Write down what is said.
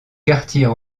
quartier